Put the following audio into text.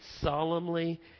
solemnly